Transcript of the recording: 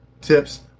tips